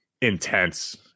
intense